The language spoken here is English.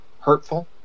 hurtful